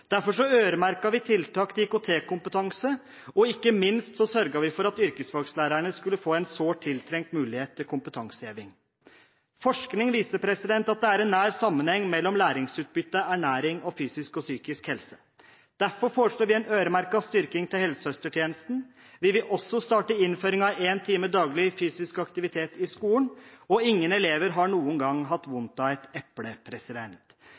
Derfor øremerket vi tiltak til IKT-kompetanse, og ikke minst sørget vi for at yrkesfaglærerne skulle få en sårt tiltrengt mulighet til kompetanseheving. Forskning viser at det er en nær sammenheng mellom læringsutbytte, ernæring og fysisk og psykisk helse. Derfor foreslår vi en øremerket styrking til helsesøstertjenesten. Vi vil også starte med innføring av én time daglig fysisk aktivitet i skolen – og ingen elever har noen gang hatt vondt av et eple.